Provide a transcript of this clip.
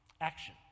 action